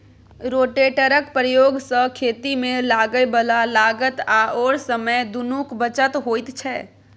रोटेटरक प्रयोग सँ खेतीमे लागय बला लागत आओर समय दुनूक बचत होइत छै